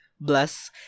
bless